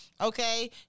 Okay